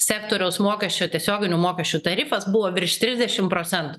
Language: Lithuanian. sektoriaus mokesčio tiesioginių mokesčių tarifas buvo virš trisdešim procentų